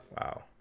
wow